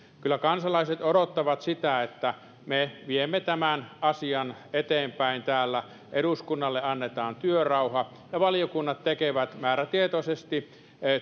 kyllä kansalaiset odottavat sitä että me viemme tämän asian eteenpäin täällä eduskunnalle annetaan työrauha ja valiokunnat tekevät määrätietoisesti